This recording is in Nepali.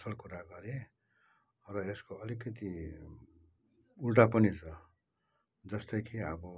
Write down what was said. असल कुरा गरेँ र यसको अलिकति उल्टा पनि छ जस्तै कि अब